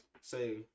Say